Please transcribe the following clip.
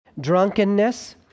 drunkenness